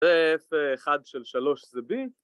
זה F1 של 3 זה B